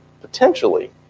potentially